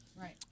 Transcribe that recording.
Right